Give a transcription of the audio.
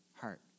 heart